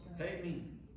Amen